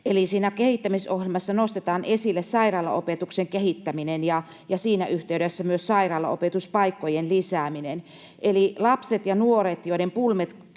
Siinä kehittämisohjelmassa nostetaan esille sairaalaopetuksen kehittäminen ja siinä yhteydessä myös sairaalaopetuspaikkojen lisääminen. Eli lapset ja nuoret, joiden pulmat